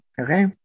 Okay